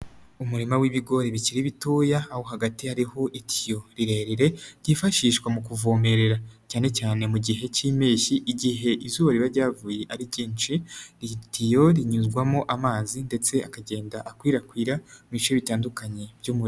Umurima w'ibigori bikiri bitoya, aho hagati hariho itiyo rirerire, ryifashishwa mu kuvomerera cyane cyane mu gihe cy'impeshyi, igihe izuba riba ryavuye ari ryinshi, iritiyo rinyuzwamo amazi ndetse akagenda akwirakwira mu ibice bitandukanye by'umurima.